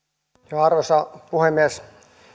arvoisa puhemies